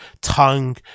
tongue